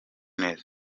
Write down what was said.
neza